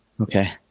Okay